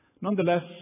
Nonetheless